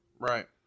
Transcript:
Right